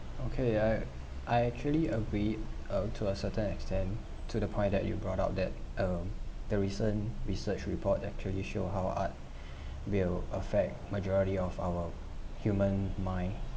okay I I actually agree uh to a certain extent to the point that you brought out that the uh the recent research report actually show how art will affect majority of our human mind